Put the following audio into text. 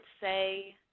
say